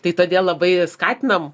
tai todėl labai skatinam